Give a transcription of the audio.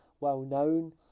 well-known